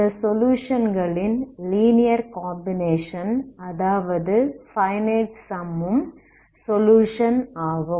இந்த சொலுயுஷன்களின் linear combination அதாவது ஃபைனைட் சம் ம் சொலுயுஷன் ஆகும்